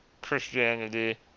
Christianity